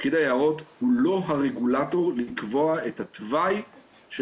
פקיד היערות הוא לא הרגולטור לקבוע את התוואי של